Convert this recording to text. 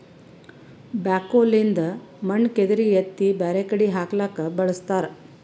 backhoe ಲಿಂದ್ ಮಣ್ಣ್ ಕೆದರಿ ಎತ್ತಿ ಬ್ಯಾರೆ ಕಡಿ ಹಾಕ್ಲಕ್ಕ್ ಬಳಸ್ತಾರ